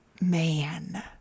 man